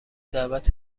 دعوت